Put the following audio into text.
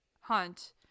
Hunt